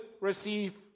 receive